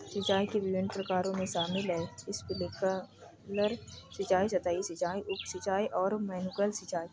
सिंचाई के विभिन्न प्रकारों में शामिल है स्प्रिंकलर सिंचाई, सतही सिंचाई, उप सिंचाई और मैनुअल सिंचाई